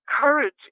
courage